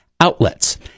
outlets